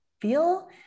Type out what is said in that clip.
feel